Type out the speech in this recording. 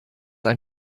ein